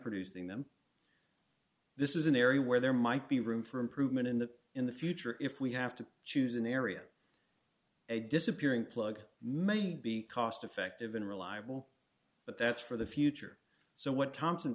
producing them this is an area where there might be room for improvement in that in the future if we have to choose an area a disappearing plug may not be cost effective and reliable but that's for the future so what thompson